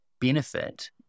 benefit